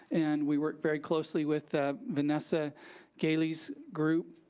and we work very closely with ah vanessa gailey's group.